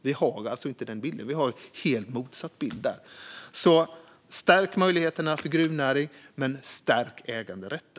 Vi har helt motsatt bild. Vi vill stärka möjligheterna för gruvnäringen och stärka äganderätten.